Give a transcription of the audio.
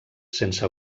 sense